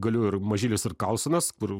galiu ir mažylis ir karlsonas kur